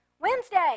Wednesday